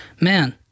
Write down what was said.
Man